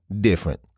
different